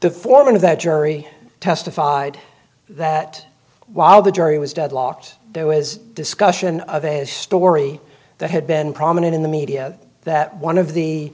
the foreman of that jury testified that while the jury was deadlocked there was discussion of a story that had been prominent in the media that one of the